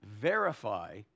verify